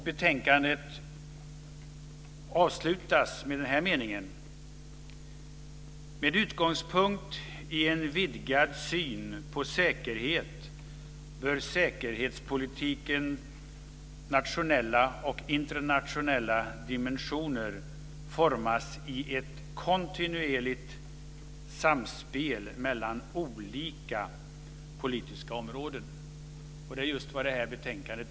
Betänkandet avslutas med den här meningen: Med utgångspunkt i en vidgad syn på säkerhet bör säkerhetspolitikens nationella och internationella dimensioner formas i ett kontinuerligt samspel mellan olika politiska områden. Och det är just vad man gör i detta betänkande.